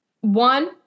One